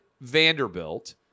Vanderbilt